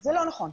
זה לא נכון.